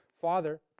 Father